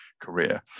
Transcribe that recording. career